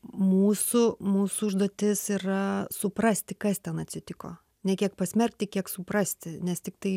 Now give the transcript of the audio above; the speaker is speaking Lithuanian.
mūsų mūsų užduotis yra suprasti kas ten atsitiko ne kiek pasmerkti kiek suprasti nes tiktai